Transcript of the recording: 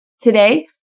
Today